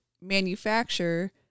manufacture